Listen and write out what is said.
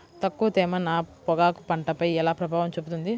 ఎక్కువ తేమ నా పొగాకు పంటపై ఎలా ప్రభావం చూపుతుంది?